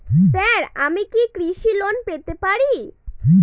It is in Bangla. স্যার আমি কি কৃষি লোন পেতে পারি?